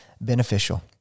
beneficial